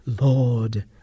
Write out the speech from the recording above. Lord